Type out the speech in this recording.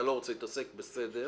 אתה לא רוצה להתעסק, בסדר.